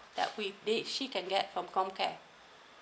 that with it she can get from comcare